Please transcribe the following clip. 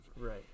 right